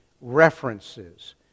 references